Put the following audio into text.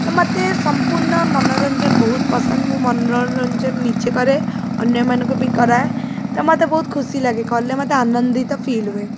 ତ ମୋତେ ସମୁର୍ଣ୍ଣ ମନୋରଞ୍ଜନ ବହୁତ ପସନ୍ଦ ମୁଁ ମନୋରଞ୍ଜନ ନିଜେ କରେ ଅନ୍ୟମାନଙ୍କୁ ବି କରାଏ ତ ମୋତେ ବହୁତ ଖୁସି ଲାଗେ କଲେ ମୋତେ ଆନନ୍ଦିତ ଫିଲ୍ ହୁଏ